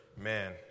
man